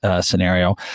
scenario